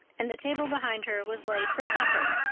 and the table behind her was laid for supper.